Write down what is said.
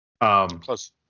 Close